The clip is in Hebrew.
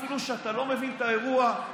אפילו שאתה לא מבין את האירוע,